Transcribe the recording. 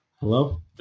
Hello